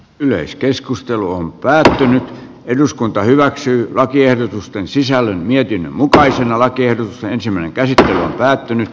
yleiskeskusteluun pääsee eduskunta hyväksyy lakiehdotusten sisällön mietinnön mukaisen alakerta ensimmäinen käsittely on ratkaisu